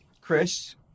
Chris